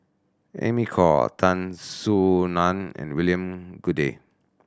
Amy Khor Tan Soo Nan and William Goode